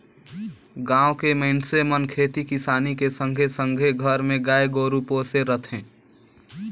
गाँव के मइनसे मन खेती किसानी के संघे संघे घर मे गाय गोरु पोसे रथें